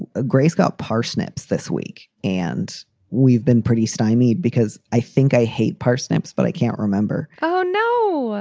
ah grace got parsnips this week. and we've been pretty stymied because i think i hate parsnips, but i can't remember. oh, no.